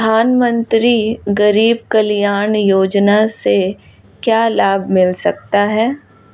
प्रधानमंत्री गरीब कल्याण योजना से क्या लाभ मिल सकता है?